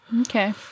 okay